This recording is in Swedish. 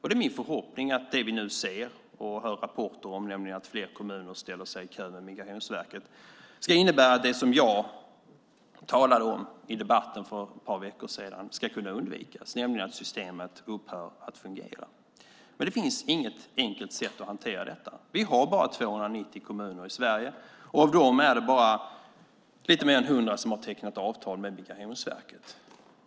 Det är min förhoppning att det vi nu ser och hör rapporter om, nämligen att fler kommuner ställer sig i kö hos Migrationsverket, ska innebära att det som jag talade om i debatten för ett par veckor sedan ska kunna undvikas, nämligen att systemet upphör att fungera. Det finns inget enkelt sätt att hantera detta. Vi har bara 290 kommuner i Sverige. Av dem är det bara lite mer än 100 som har tecknat avtal med Migrationsverket.